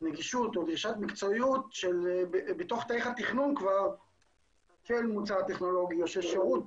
נגישות או מקצועיות שבתוך תהליך התכנון כבר של מוצר או שירות